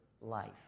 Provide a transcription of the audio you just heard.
life